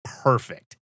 perfect